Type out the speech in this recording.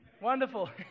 Wonderful